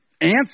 answer